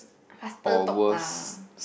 faster talk lah